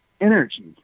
energy